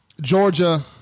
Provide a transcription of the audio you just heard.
Georgia